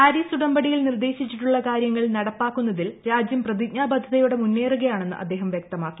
Paris ഉടമ്പടിയിൽ നിർദ്ദേശിച്ചിട്ടുള്ള കാര്യങ്ങൾ നടപ്പാക്കുന്നതിൽ രാജ്യം പ്രതിജ്ഞാബദ്ധതയോടെ മുന്നേറുകയാണെന്ന് അദ്ദേഹം വൃക്തമാക്കി